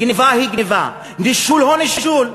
גנבה היא גנבה, נישול הוא נישול.